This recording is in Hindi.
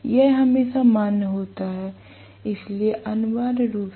यह हमेशा मान्य होता है इसलिए अनिवार्य रूप से